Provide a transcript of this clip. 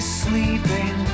sleeping